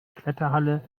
kletterhalle